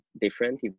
different